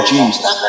Jesus